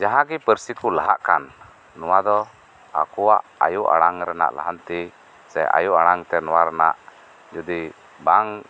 ᱡᱟᱦᱟᱸᱜᱤ ᱯᱟᱹᱨᱥᱤᱠᱩ ᱞᱟᱦᱟᱜ ᱠᱟᱱ ᱱᱚᱣᱟᱫᱚ ᱟᱠᱩᱣᱟᱜ ᱟᱭᱩ ᱟᱲᱟᱝ ᱨᱮᱱᱟᱜ ᱞᱟᱦᱟᱛᱤ ᱥᱮ ᱟᱭᱩ ᱟᱲᱟᱝᱛᱮ ᱱᱚᱣᱟ ᱨᱮᱱᱟᱜ ᱡᱚᱫᱤ ᱵᱟᱝ